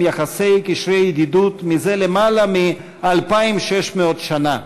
יחסי וקשרי ידידות זה למעלה מ-2,600 שנה,